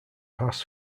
pass